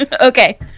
Okay